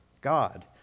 God